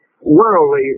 worldly